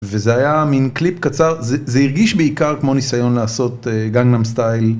וזה היה מין קליפ קצר, זה הרגיש בעיקר כמו ניסיון לעשות גנגנאם סטייל.